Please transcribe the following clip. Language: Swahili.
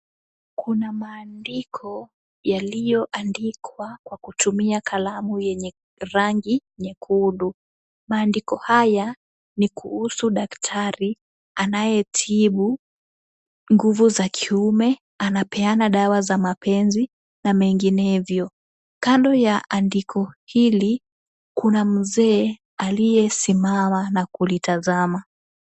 Kuna maandiko yaliyoandikwa kwa kutumia kalamu yenye rangi nyekundu. Maandiko haya ni kuhusu daktari anayetibu nguvu za kiume, anapeana dawa za mapenzi na menginevyo, kando ya andiko hili kuna mzee aliyesimama na kulitazama.